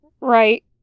right